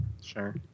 Sure